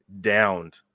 downed